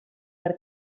per